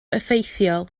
effeithiol